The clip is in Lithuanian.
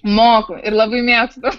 moku ir labai mėgstu